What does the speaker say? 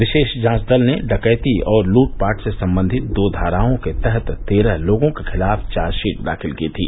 विशेष जांच दल ने डकैती और लूटपाट से संबंधित दो धाराओं के तहत तेरह लोगों के खिलाफ चार्जशीट दाखिल की थी